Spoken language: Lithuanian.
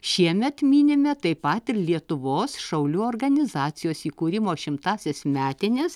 šiemet minime taip pat ir lietuvos šaulių organizacijos įkūrimo šimtąsias metines